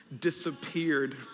disappeared